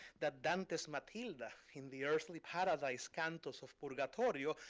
that dante's matilda, in the earthly paradise cantos of purgatorio,